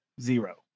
Zero